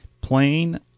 Plain